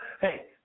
hey